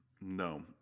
No